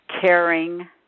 caring